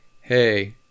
Hey